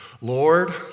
Lord